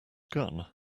gun